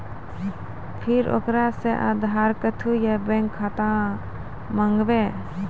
फिर ओकरा से आधार कद्दू या बैंक खाता माँगबै?